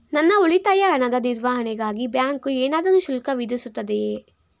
ನನ್ನ ಉಳಿತಾಯ ಹಣದ ನಿರ್ವಹಣೆಗಾಗಿ ಬ್ಯಾಂಕು ಏನಾದರೂ ಶುಲ್ಕ ವಿಧಿಸುತ್ತದೆಯೇ?